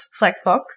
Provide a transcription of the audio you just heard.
Flexbox